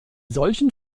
solchen